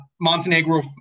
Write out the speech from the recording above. Montenegro